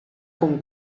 con